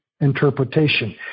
interpretation